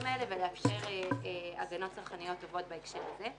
האלה ולאפשר הגנות צרכניות טובות בהקשר הזה.